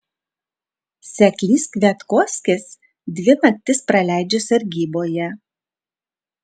seklys kviatkovskis dvi naktis praleidžia sargyboje